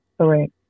correct